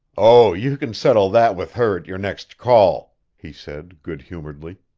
oh, you can settle that with her at your next call, he said good humoredly.